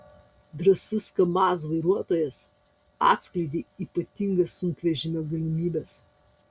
drąsus kamaz vairuotojas atskleidė ypatingas sunkvežimio galimybes